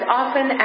often